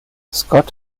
scott